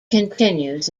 continues